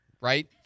right